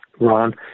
Ron